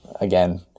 again